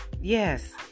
Yes